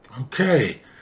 Okay